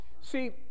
See